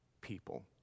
people